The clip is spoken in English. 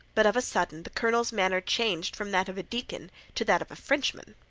but of a sudden the colonel's manner changed from that of a deacon to that of a frenchman.